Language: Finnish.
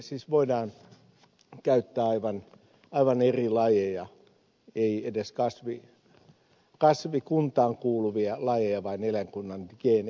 siis voidaan käyttää aivan eri lajeja ei edes kasvikuntaan kuuluvia lajeja vaan eläinkunnan geenejä